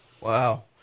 Wow